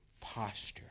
posture